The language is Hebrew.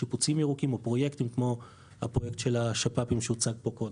שיפוצים ירוקים או פרויקטים כמו הפרויקט של השפ"פים שהוצג פה קודם.